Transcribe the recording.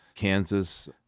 Kansas